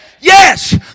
Yes